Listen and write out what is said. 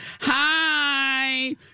hi